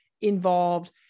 involved